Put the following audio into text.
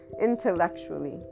intellectually